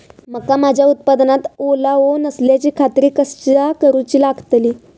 मका माझ्या उत्पादनात ओलावो नसल्याची खात्री कसा करुची लागतली?